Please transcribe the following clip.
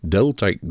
Delta